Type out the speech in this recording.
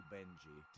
Benji